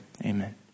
Amen